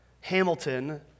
Hamilton